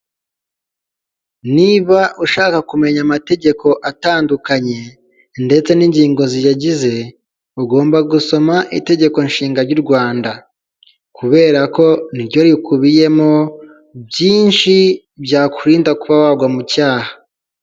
Niba ushaka kumenya amategeko atandukanye ndetse n'ingingo ziyagize ugomba gusoma itegeko nshinga ry'u Rwanda kuberako ryo rikubiyemo byinshi byakuri kuba wagwa mu cyaha.